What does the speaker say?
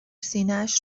سینهاش